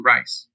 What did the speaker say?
Rice